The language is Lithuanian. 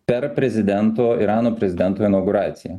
per prezidento irano prezidento inauguraciją